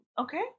Okay